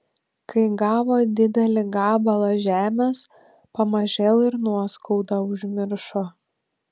kai gavo didelį gabalą žemės pamažėl ir nuoskaudą užmiršo